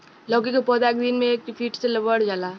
लैकी के पौधा एक दिन मे एक फिट ले बढ़ जाला